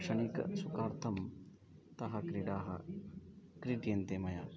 क्षणिकसुखार्थं ताः क्रीडाः क्रीड्यन्ते मया